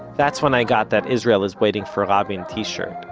that's when i got that israel is waiting for rabin t-shirt.